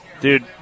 Dude